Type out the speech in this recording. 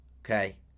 Okay